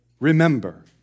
remember